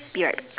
be right